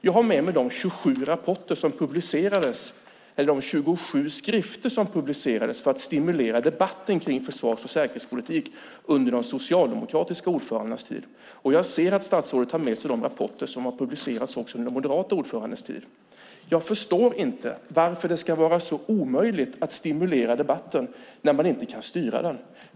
Jag har med mig de 27 skrifter som publicerades för att stimulera debatten runt försvars och säkerhetspolitiken under de socialdemokratiska ordförandenas tid. Jag ser att statsrådet har med sig de rapporter som har publicerats under den moderate ordförandens tid. Jag förstår inte varför det ska vara så omöjligt att stimulera debatten när man inte kan styra den.